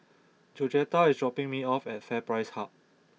Georgetta is dropping me off at FairPrice Hub